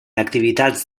activitats